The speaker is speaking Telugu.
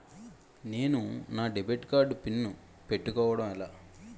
నేను నా డెబిట్ కార్డ్ పిన్ పెట్టుకోవడం ఎలా?